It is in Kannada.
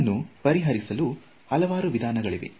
ಇದನ್ನು ಪರಿಹರಿಸಲು ಹಲವಾರು ವಿಧಾನಗಳಿವೆ